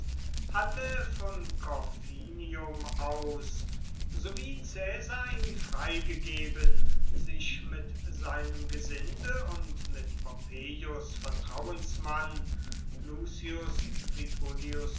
hatte von corfinium aus sowie caesar ihn freigegeben sich mit seinem gesinde und mit pompeius vertrauensmann lucius